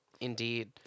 Indeed